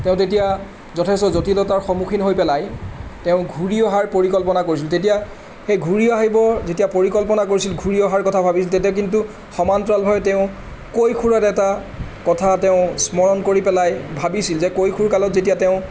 তেওঁ তেতিয়া যথেষ্ট জটিলতাৰ সন্মুখীন হৈ পেলাই তেওঁ ঘূৰি অহাৰ পৰিকল্পনা কৰিছিল তেতিয়া সেই ঘূৰি আহিবৰ যেতিয়া পৰিকল্পনা কৰিছিল ঘূৰি অহাৰ কথা ভাবিছিল তেতিয়া কিন্তু সমান্তৰালভাৱে তেওঁ কৈশোৰত এটা কথা তেওঁ স্মৰণ কৰি পেলাই ভাবিছিল যে কৈশোৰকালত যেতিয়া তেওঁ